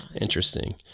interesting